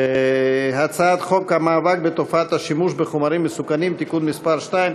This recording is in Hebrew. הצעת חוק המאבק בתופעת השימוש בחומרים מסכנים (תיקון מס' 2),